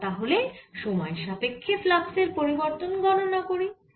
এবার তাহলে সময়ের সাপেক্ষ্যে ফ্লাক্সের পরিবর্তন গণনা করি